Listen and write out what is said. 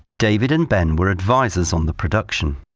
david and ben were advisers on the production.